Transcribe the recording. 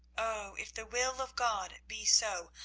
oh, if the will of god be so,